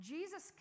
Jesus